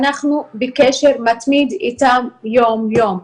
אנחנו בקשר מתמיד איתם יום יום.